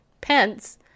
Pence